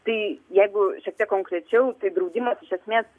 tai jeigu šiek tiek konkrečiau tai draudimas iš esmės